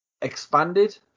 expanded